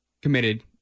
Committed